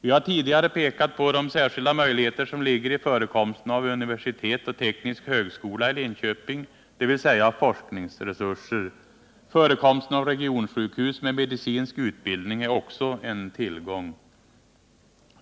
Vi har tidigare pekat på de särskilda möjligheter som ligger i förekomsten av universitet och teknisk högskola i Linköping, dvs. forskningsresurser. Förekomsten av regionsjukhus med medicinsk utbildning är också en tillgång.